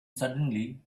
suddenly